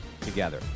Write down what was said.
together